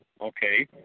okay